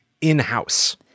in-house